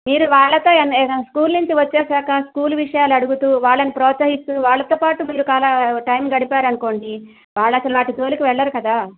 మీరు వాళ్ళతో ఏదైనా స్కూల్ నుంచి వచ్చేశాక స్కూల్ విషయాలు అడుగుతూ వాళ్ళని ప్రోత్సహిస్తూ వాళ్ళతో పాటు మీరు టైం గడిపారనుకోండి వాళ్ళసలు వాటి జోలికి వెళ్ళరు కదా